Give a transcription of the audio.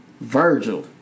Virgil